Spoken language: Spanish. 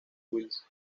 wells